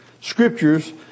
scriptures